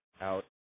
out